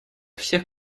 всех